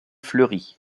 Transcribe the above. fleuris